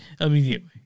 immediately